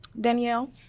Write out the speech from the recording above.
Danielle